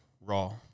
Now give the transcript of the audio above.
Raw